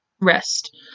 rest